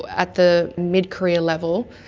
at the mid-career level,